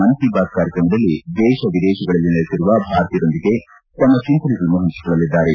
ಮನ್ ಕಿ ಬಾತ್ ಕಾರ್ಯಕ್ರಮದಲ್ಲಿ ದೇತ ವಿದೇತಗಳಲ್ಲಿ ನೆಲೆಸಿರುವ ಭಾರತೀಯರೊಂದಿಗೆ ತಮ್ಮ ಚಿಂತನೆಗಳನ್ನು ಹಂಚಿಕೊಳ್ಳಲಿದ್ದಾರೆ